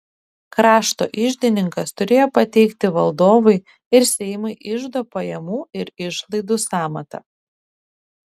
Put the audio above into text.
krašto iždininkas turėjo pateikti valdovui ir seimui iždo pajamų ir išlaidų sąmatą